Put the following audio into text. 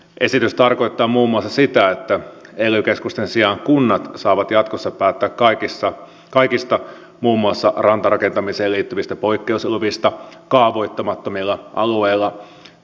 esitys tarkoittaa muun muassa sitä että ely keskusten sijaan kunnat saavat jatkossa päättää kaikista muun muassa rantarakentamiseen liittyvistä poikkeusluvista kaavoittamattomilla alueilla